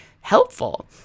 helpful